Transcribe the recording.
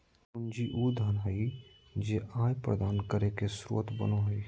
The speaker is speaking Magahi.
पूंजी उ धन हइ जे आय प्रदान करे के स्रोत बनो हइ